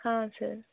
ಹಾಂ ಸರ್